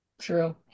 True